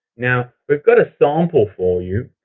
now, we've got a sample for you.